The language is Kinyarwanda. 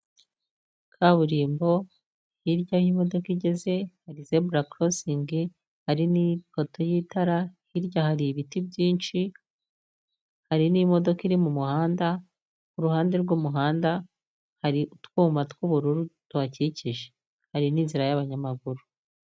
Kaburimbo hirya aho imodoka igeze hari zebura korosingi, hari n'ipoto y'itara, hirya hari ibiti byinshi hari n'imodoka iri mu muhanda ku ruhande rw'umuhanda hari utwuma tw'ubururu tuhakikije, hari n'inzira y'abanyamaguru.